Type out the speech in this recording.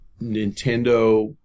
Nintendo